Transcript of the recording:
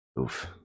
Oof